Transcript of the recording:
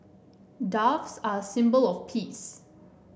doves are a symbol of peace